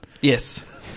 Yes